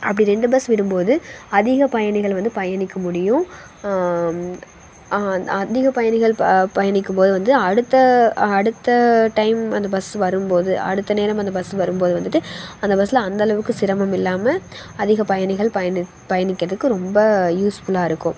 அப்படி ரெண்டு பஸ் விடும் போது அதிக பயணிகள் வந்து பயணிக்க முடியும் அதிக பயணிகள் ப பயணிக்கும் போது வந்து அடுத்த அடுத்த டைம் அந்த பஸ் வரும் போது அடுத்த நேரம் அந்த பஸ் வரும் போது வந்துட்டு அந்த பஸ்சில் அந்த அளவுக்கு சிரமம் இல்லாமல் அதிக பயணிகள் பயணித் பயணிக்கிறதுக்கு ரொம்ப யூஸ்ஃபுல்லாக இருக்கும்